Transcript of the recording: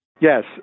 Yes